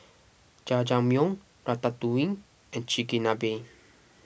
Jajangmyeon Ratatouille and Chigenabe